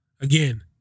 again